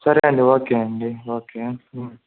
సరే అండి ఓకే అండి ఓకే